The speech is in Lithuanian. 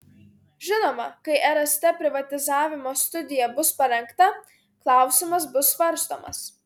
žinoma kai rst privatizavimo studija bus parengta klausimas bus svarstomas